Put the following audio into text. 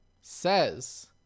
says